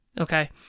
Okay